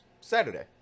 Saturday